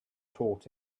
taught